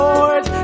Lord